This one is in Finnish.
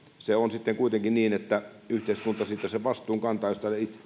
se on kuitenkin niin että yhteiskunta siitä sen vastuun kantaa